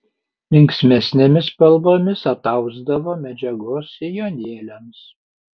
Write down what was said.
linksmesnėmis spalvomis atausdavo medžiagos sijonėliams